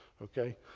ok?